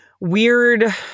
weird